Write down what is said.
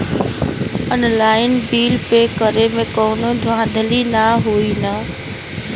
Online bill pay करे में कौनो धांधली ना होई ना?